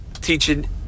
teaching